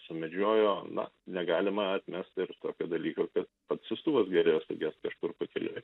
sumedžiojo na negalima atmest ir tokio dalyko kad pats siųstuvas galėjo sugest kažkur pakeliui